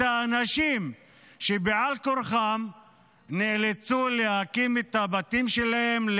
האנשים שבעל כורחם נאלצו להקים את הבתים שלהם,